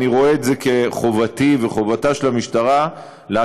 אני רואה את זה כחובתי וחובתה של המשטרה לעשות